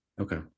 okay